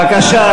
בבקשה,